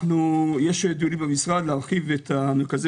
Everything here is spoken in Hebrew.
יש דיונים במשרד להרחיב את המרכזים